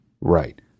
right